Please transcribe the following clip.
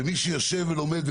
ומי שיושב ולומד,